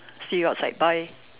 see you outside bye